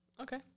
Okay